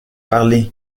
parlez